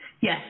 Yes